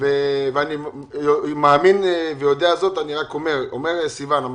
אני אומר שאם